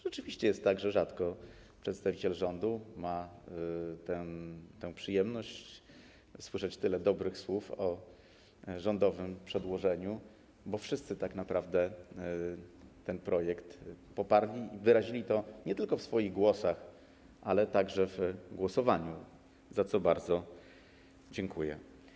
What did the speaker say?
Rzeczywiście jest tak, że rzadko przedstawiciel rządu ma przyjemność usłyszeć tyle dobrych słów o rządowym przedłożeniu, bo wszyscy tak naprawdę ten projekt poparli i wyrazili to nie tylko w swoich wystąpieniach, ale także w głosowaniu, za co bardzo dziękuję.